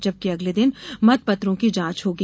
जबकि अगले दिन मतपत्रों की जांच होगी